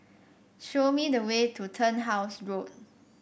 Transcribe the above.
show me the way to Turnhouse Road